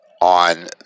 on